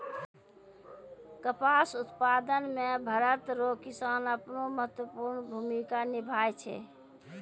कपास उप्तादन मे भरत रो किसान अपनो महत्वपर्ण भूमिका निभाय छै